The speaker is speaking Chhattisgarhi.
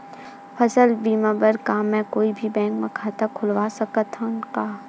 फसल बीमा बर का मैं कोई भी बैंक म खाता खोलवा सकथन का?